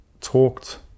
talked